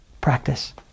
Practice